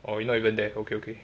orh you not even there okay okay